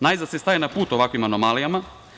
Najzad se staje na put ovakvim anomalijama.